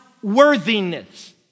worthiness